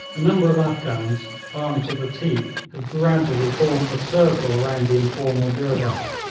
a number of afghans, armed to the teeth, had gradually formed a circle around the informal durbar.